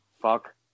Fuck